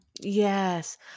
Yes